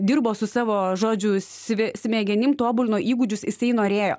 dirbo su savo žodžiu sve smegenim tobulino įgūdžius jisai norėjo